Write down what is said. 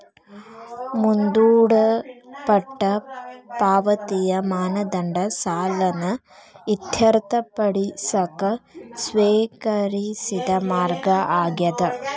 ಮುಂದೂಡಲ್ಪಟ್ಟ ಪಾವತಿಯ ಮಾನದಂಡ ಸಾಲನ ಇತ್ಯರ್ಥಪಡಿಸಕ ಸ್ವೇಕರಿಸಿದ ಮಾರ್ಗ ಆಗ್ಯಾದ